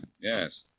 yes